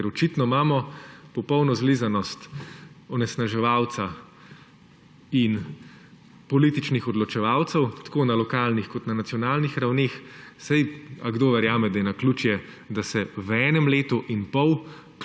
Ker očitno imamo popolno zlizanost onesnaževalca in političnih odločevalcev tako na lokalnih kot na nacionalnih ravneh. Saj, ali kdo verjame, da je naključje, da se v enem letu in pol,